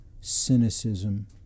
cynicism